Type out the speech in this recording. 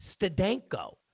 Stadenko